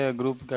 group